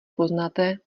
poznáte